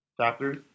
chapters